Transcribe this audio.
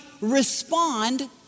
respond